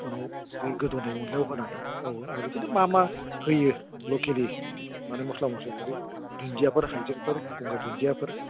उनाव बे गोदौनाय अनलायाव होनानै औ आरो बिदिनो मा मा होयो लकेलि माने मस्ला मस्लिफोर बै दुन्दियाफोर हाइजेंफोर गंगार दुन्दियाफोर